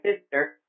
sister